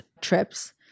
trips